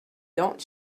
don’t